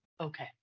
Okay